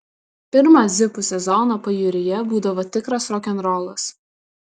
pirmą zipų sezoną pajūryje būdavo tikras rokenrolas